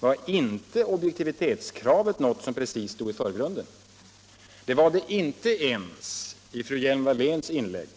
var inte objektivitetskravet något som precis stod i förgrunden. Det var det inte ens i fru Hjelm Walléns inlägg.